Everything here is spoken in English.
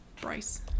Bryce